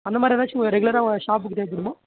அந்த மாதிரி ஏதாச்சும் ரெகுலராக ஷாப்புக்கு தேவைப்படுமா